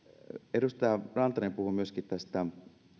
edustaja rantanen puhui myöskin tästä